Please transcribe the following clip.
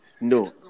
No